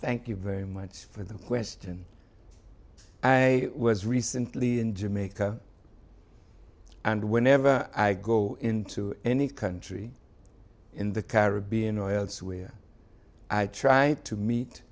thank you very much for the question i was recently in jamaica and whenever i go into any country in the caribbean or elsewhere i try to meet